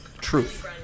Truth